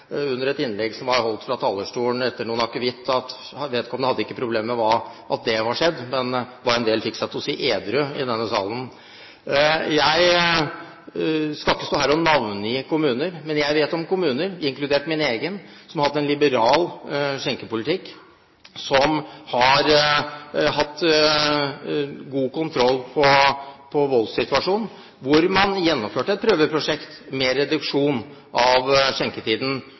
under et innlegg som ble holdt fra talerstolen etter noen akevitt, at vedkommende ikke hadde problemer med at det var skjedd, men hva en del fikk seg til å si edru i denne salen! Jeg skal ikke stå her og navngi kommuner, men jeg vet om kommuner, inkludert min egen, som har hatt en liberal skjenkepolitikk, som har hatt god kontroll på voldssituasjonen, og hvor man gjennomførte et prøveprosjekt med reduksjon av skjenketiden